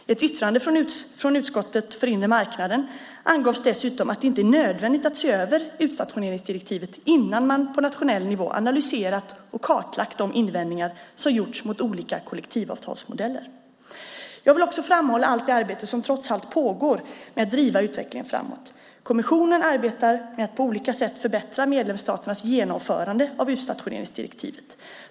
I ett yttrande från utskottet för inre marknaden angavs dessutom att det inte är nödvändigt att se över utstationeringsdirektivet innan man på nationell nivå analyserat och klarlagt de invändningar som gjorts mot olika kollektivavtalsmodeller. Jag vill också framhålla allt det arbete som trots allt pågår med att driva utvecklingen framåt. Kommissionen arbetar med att på olika sätt förbättra medlemsstaternas genomförande av utstationeringsdirektivet.